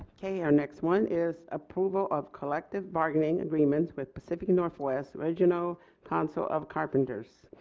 okay our next one is approval of collective bargaining agreement with pacific northwest regional council of carpenters.